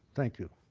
thank you.